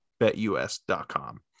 BetUS.com